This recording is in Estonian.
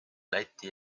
läti